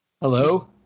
Hello